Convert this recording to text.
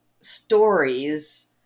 stories